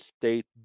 State